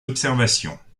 observations